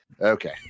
okay